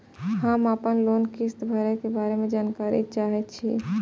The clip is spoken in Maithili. हम आपन लोन किस्त भरै के बारे में जानकारी चाहै छी?